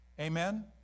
Amen